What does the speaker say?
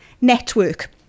network